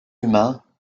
humain